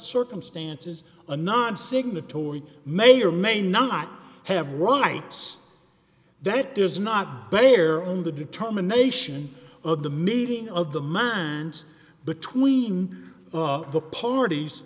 circumstances a non signatory may or may not have rights that does not bear on the determination of the meeting of the minds between the parties